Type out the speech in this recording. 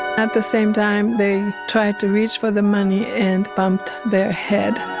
at the same time, they tried to reach for the money and bumped their head